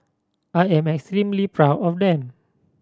I am extremely proud of them